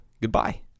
goodbye